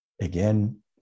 again